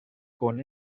con